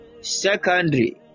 secondary